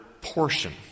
portion